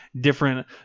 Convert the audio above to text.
different